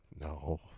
No